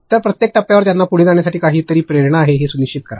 तर प्रत्येक टप्प्यावर त्यांना पुढे जाण्यासाठी काही प्रेरणा आहे हे सुनिश्चित करा